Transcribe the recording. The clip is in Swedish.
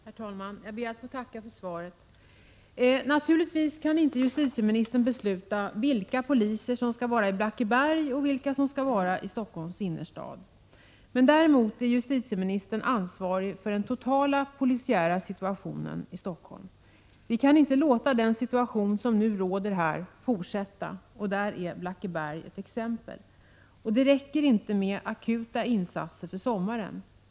Herr talman! Jag ber att få tacka för svaret på min fråga. Naturligtvis kan inte justitieministern besluta vilka poliser som skall vara i Blackeberg och vilka som skall vara i Stockholms innerstad. Men däremot är justitieministern ansvarig för den totala polisiära situationen i Stockholm. Vi kan inte låta den situation som nu råder här fortsätta, och på detta är Blackeberg ett exempel. Det räcker inte med akuta insatser för sommaren.